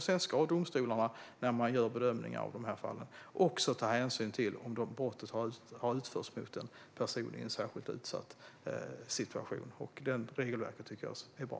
Sedan ska domstolarna när de gör bedömningar av de här fallen också ta hänsyn till om brottet har utförts mot en person i en särskilt utsatt situation. Det regelverket tycker jag är bra.